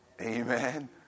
Amen